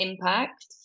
impact